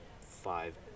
five